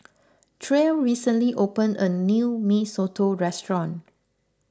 Tre recently opened a new Mee Soto restaurant